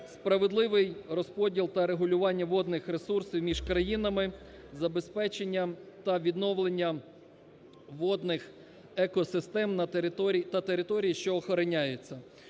справедливий розподіл та регулювання водних ресурсів між країнами, забезпечення та відновлення водних екосистем та територій, що охороняються.